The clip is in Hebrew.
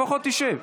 לפחות תשב.